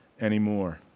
anymore